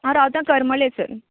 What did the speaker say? हांव रावता करमले सर